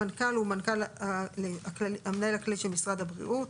המנכ"ל הוא המנהל הכללי של משרד הבריאות.